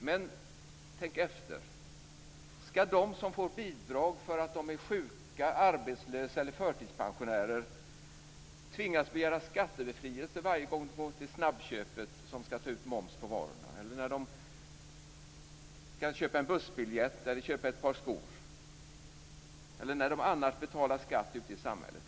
Men tänk efter: Skall de som får bidrag därför att de sjuka, arbetslösa eller förtidspensionerade tvingas begära skattebefrielse varje gång de skall gå till snabbköpet som tar ut moms på varorna eller när de skall köpa en bussbiljett, ett par skor eller när de annars betalar skatt ute i samhället?